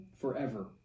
forever